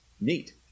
neat